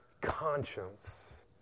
conscience